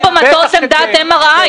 זה לא ועדת גולדברג.